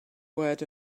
word